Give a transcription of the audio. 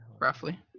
Roughly